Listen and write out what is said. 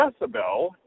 decibel